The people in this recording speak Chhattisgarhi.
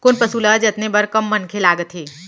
कोन पसु ल जतने बर कम मनखे लागथे?